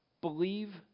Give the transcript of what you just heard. believe